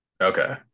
okay